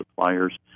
suppliers